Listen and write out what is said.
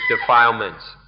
defilements